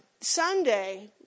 Sunday